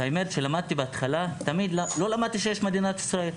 לא למדתי שיש מדינת ישראל,